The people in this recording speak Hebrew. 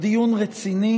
דיון רציני.